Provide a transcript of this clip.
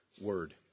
word